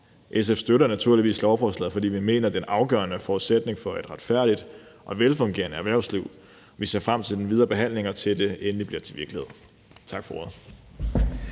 SF støtter naturligvis lovforslaget, fordi vi mener, det er en afgørende forudsætning for et retfærdigt og velfungerende erhvervsliv. Vi ser frem til den videre behandling og til, at det endelig bliver til virkelighed. Tak for ordet.